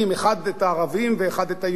אחד זה את הערבים ואחד את היהודים,